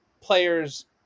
players